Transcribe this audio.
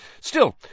Still